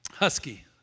Husky